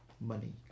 money